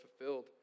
fulfilled